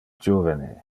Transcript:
juvene